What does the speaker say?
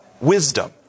wisdom